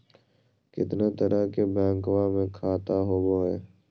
कितना तरह के बैंकवा में खाता होव हई?